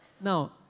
Now